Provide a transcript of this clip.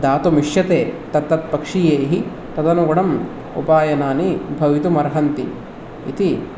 दातुमिष्यते तत् तत् पक्षीयैः तदनुगुणम् उपायनानि भवितुमर्हन्ति इति